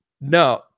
no